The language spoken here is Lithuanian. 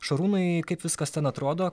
šarūnai kaip viskas ten atrodo